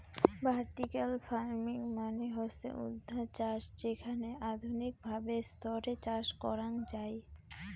vertical farming মানে হসে উর্ধ্বাধ চাষ যেখানে আধুনিক ভাবে স্তরে চাষ করাঙ যাই